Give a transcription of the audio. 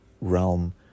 realm